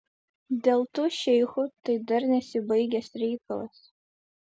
dėl tų šeichų tai dar nesibaigęs reikalas